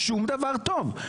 שום דבר טוב.